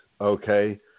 okay